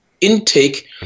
intake